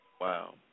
Wow